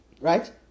right